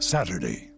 Saturday